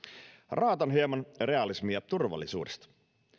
raotan hieman realismia turvallisuudesta